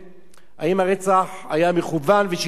אם הרצח היה מכוון ושיטתי,